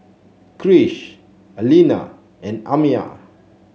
Krish Alina and Amiah